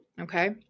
Okay